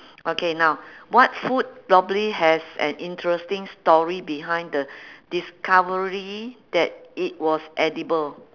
okay now what food probably has an interesting story behind the discovery that it was edible